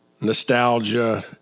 nostalgia